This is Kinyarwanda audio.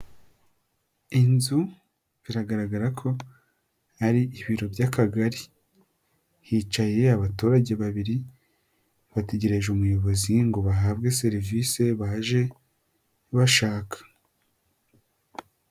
Inzu biragaragara ko hari ibiro by'Akagari hicaye abaturage babiri bategereje umuyobozi ngo bahabwe serivise baje bashaka.